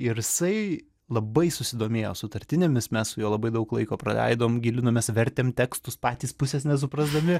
ir jisai labai susidomėjo sutartinėmis mes su juo labai daug laiko praleidom gilinomės vertėm tekstus patys pusės nesuprasdami